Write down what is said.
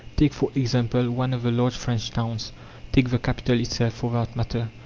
take, for example, one of the large french towns take the capital itself, for that matter.